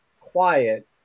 quiet